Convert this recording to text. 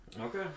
Okay